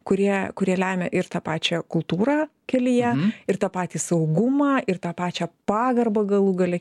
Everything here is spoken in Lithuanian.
kurie kurie lemia ir tą pačią kultūrą kelyje ir tą patį saugumą ir tą pačią pagarbą galų gale